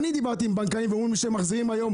אני דיברתי עם בנקאים והם אמרו לי שהם מחזירים היום